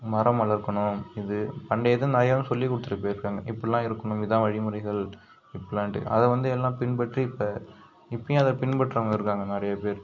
மரம் வளர்க்கணும் இது பண்டையது நிறையவும் சொல்லி கொடுத்துப் போயிருக்காங்க எப்பட்லாம் இருக்கணும் இதுதான் வழிமுறைகள் இப்பட்லான்டு அதை வந்து எல்லாம் பின்பற்றி இப்போ இப்பயும் அதை பின்பற்றாமல் இருக்காங்க நிறையா பேர்